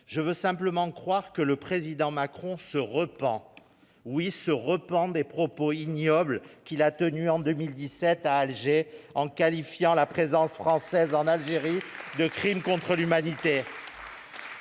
Je veux simplement croire que le Président Macron se repent- oui, se repent ! -des propos ignobles qu'il a tenus en 2017 à Alger, en qualifiant la présence française en Algérie de crime contre l'humanité.